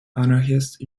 anarchist